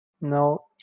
No